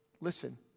listen